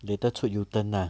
later chut U turn ah